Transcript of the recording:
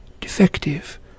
defective